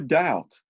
doubt